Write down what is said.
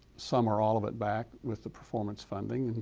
some or all of it back with the performance funding, and